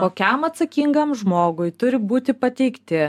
kokiam atsakingam žmogui turi būti pateikti